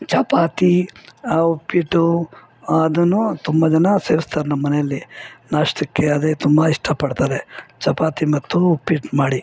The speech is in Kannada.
ಚಪಾತಿ ಉಪ್ಪಿಟ್ಟು ಅದನ್ನು ತುಂಬ ಜನ ಸೇವಿಸ್ತಾರೆ ನಮ್ಮಮನೆಯಲ್ಲಿ ನಾಷ್ಟಕ್ಕೆ ಅದೇ ತುಂಬ ಇಷ್ಟಪಡ್ತಾರೆ ಚಪಾತಿ ಮತ್ತು ಉಪ್ಪಿಟ್ಟು ಮಾಡಿ